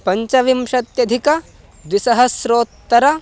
पञ्चविंशत्यधिकद्विसहस्रोत्तरम्